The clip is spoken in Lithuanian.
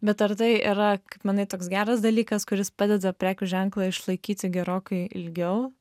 bet ar tai yra kaip manai toks geras dalykas kuris padeda prekių ženklą išlaikyti gerokai ilgiau